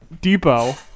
Depot